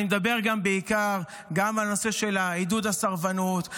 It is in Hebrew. אני מדבר גם בעיקר על נושא עידוד הסרבנות,